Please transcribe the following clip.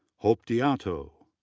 hope diauto,